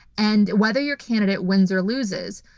and whether your candidate wins or loses,